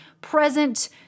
present